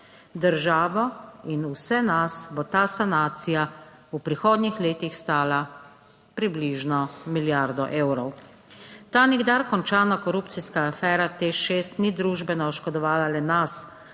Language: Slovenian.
Državo in vse nas bo ta sanacija v prihodnjih letih stala približno milijardo evrov. Ta nikdar končana korupcijska afera TEŠ 6 ni družbeno oškodovala le nas.